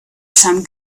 some